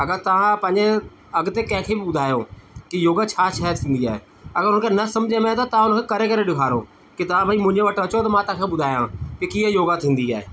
अगरि तव्हां पंहिंजे अॻिते कंहिंखें बि ॿुधायो की योगा छा शइ थींदी आहे अगरि हुन खे न सम्झ में आहे त तव्हां हुन खे करे करे ॾेखारो की तव्हां भई मुंहिजे वटि अचो त मां तव्हांखे ॿुधायां त कीअं योगा थींदी आहे